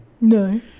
no